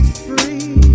free